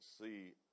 see